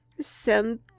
send